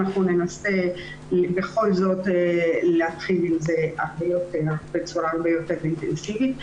אנחנו ננסה בכל זאת להתחיל עם זה בצורה הרבה יותר אינטנסיבית.